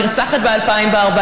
נרצחת ב-2014,